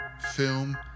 film